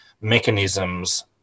mechanisms